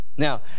Now